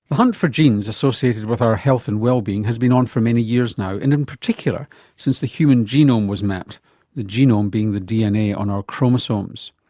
the hunt for genes associated with our health and wellbeing has been on for many years now and in particular since the human genome was mapped the genome being the dna on our chromosomes.